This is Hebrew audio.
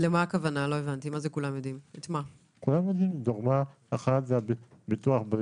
לכן, ככול שיהיה שינוי בהסכם שמקובל